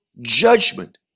judgment